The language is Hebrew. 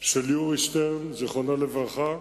של יורי שטרן, זיכרונו לברכה,